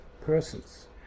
persons